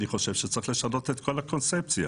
אני חושב שצריך לשנות את כל הקונספציה: